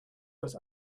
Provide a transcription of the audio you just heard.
das